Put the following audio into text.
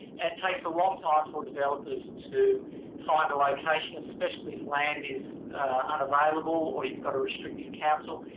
it takes a long time for developers to find a location, especially if land is unavailable or you've got a restrictive council.